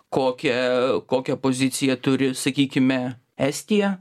kokią kokią poziciją turi sakykime estija